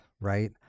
right